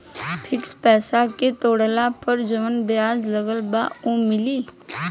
Fix पैसा के तोड़ला पर जवन ब्याज लगल बा उ मिली?